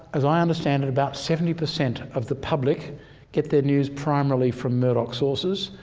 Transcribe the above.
as i understand it, about seventy per cent of the public get their news primarily from murdoch sources,